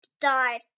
died